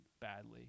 badly